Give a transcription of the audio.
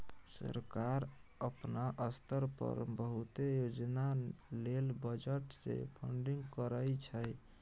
सरकार अपना स्तर पर बहुते योजना लेल बजट से फंडिंग करइ छइ